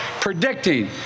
predicting